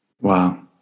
Wow